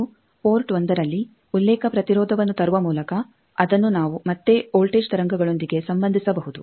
ಮತ್ತು ಪೋರ್ಟ್ 1ರಲ್ಲಿ ಉಲ್ಲೇಖ ಪ್ರತಿರೋಧವನ್ನು ತರುವ ಮೂಲಕ ಅದನ್ನು ನಾವು ಮತ್ತೇ ವೋಲ್ಟೇಜ್ ತರಂಗಗಳೊಂದಿಗೆ ಸಂಬಂಧಿಸಬಹುದು